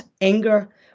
anger